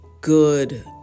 good